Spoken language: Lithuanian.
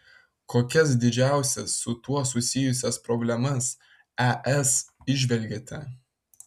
kokias didžiausias su tuo susijusias problemas es įžvelgiate